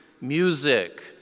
music